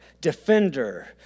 defender